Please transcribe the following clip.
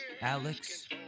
Alex